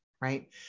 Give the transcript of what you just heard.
right